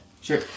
Sure